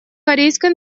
корейской